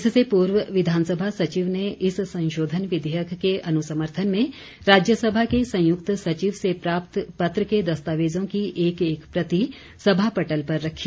इससे पूर्व विधानसभा सचिव ने इस संशोधन विधेयक के अनुसमर्थन में राज्यसभा के संयुक्त सचिव से प्राप्त पत्र के दस्तावेजों की एक एक प्रति सभा पटल पर रखी